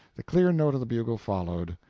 the clear note of the bugle followed,